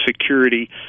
security